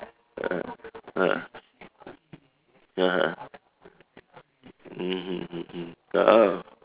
uh uh (uh huh) mmhmm oh